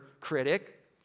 critic